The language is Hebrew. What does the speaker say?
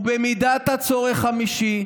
ובמידת הצורך חמישי,